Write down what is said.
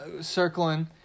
circling